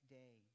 day